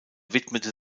widmete